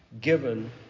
given